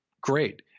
Great